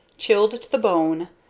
chilled to the bone,